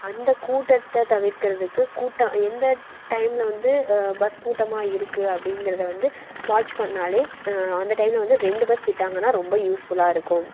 அந்த கூட்டத்தை தவிர்க்கிறதுக்கு கூட்டம் எந்த டைமில் வந்து பஸ் கூட்டமாக இருக்குது அப்படிங்கிறத வந்து வாட்ச் பண்ணிணாலே அந்த டைமில் வந்து ரெண்டு பஸ் விட்டாங்கனால் ரொம்ப யூஸ்ஃபுல்லாக இருக்கும்